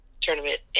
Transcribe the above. tournament